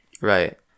Right